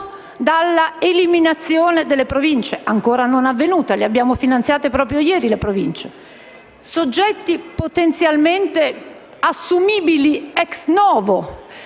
dall'eliminazione delle Province, ancora non avvenuta (abbiamo finanziato proprio ieri le Province), i soggetti potenzialmente assumibili *ex novo*